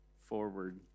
forward